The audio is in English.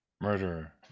Murderer